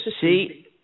see